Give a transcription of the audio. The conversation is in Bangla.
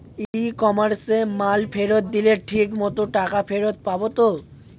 ই কমার্সে মাল ফেরত দিলে ঠিক মতো টাকা ফেরত পাব তো?